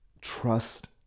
trust